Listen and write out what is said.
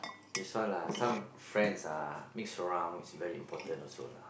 this one lah some friends ah mix around is very important also lah